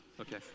Okay